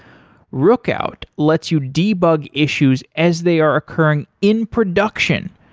rookout lets you debug issues as they are occurring in production.